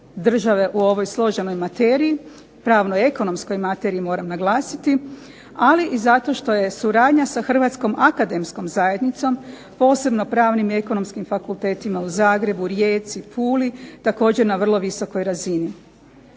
države u ovoj složenoj materiji, pravno ekonomskoj materiji moram naglasiti, ali zato što je suradnja sa Hrvatskom akademskom zajednicom posebno sa Pravnim i Ekonomskim fakultetima u Zagrebu, Rijeci, PUli također na vrlo visokoj razini.